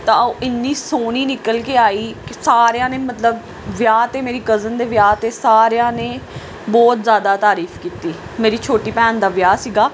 ਤਾਂ ਉਹ ਇੰਨੀ ਸੋਹਣੀ ਨਿਕਲ ਕੇ ਆਈ ਕਿ ਸਾਰਿਆਂ ਨੇ ਮਤਲਬ ਵਿਆਹ 'ਤੇ ਮੇਰੀ ਕਜ਼ਨ ਦੇ ਵਿਆਹ 'ਤੇ ਸਾਰਿਆਂ ਨੇ ਬਹੁਤ ਜ਼ਿਆਦਾ ਤਾਰੀਫ਼ ਕੀਤੀ ਮੇਰੀ ਛੋਟੀ ਭੈਣ ਦਾ ਵਿਆਹ ਸੀਗਾ